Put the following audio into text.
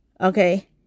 okay